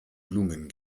blumen